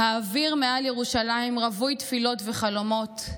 "האוויר מעל ירושלים רווי תפילות וחלומות /